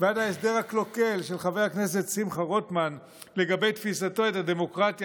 ועד ההסדר הקלוקל של חבר הכנסת שמחה רוטמן לגבי תפיסתו את הדמוקרטיה